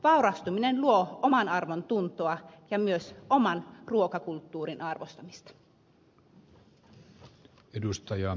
vaurastuminen luo omanarvontuntoa ja myös oman ruokakulttuurin arvostamista